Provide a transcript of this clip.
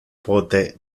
pote